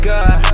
God